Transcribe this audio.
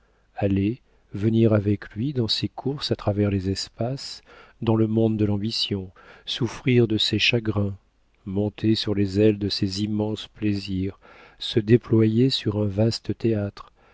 aller venir avec lui dans ses courses à travers les espaces dans le monde de l'ambition souffrir de ses chagrins monter sur les ailes de ses immenses plaisirs se déployer sur un vaste théâtre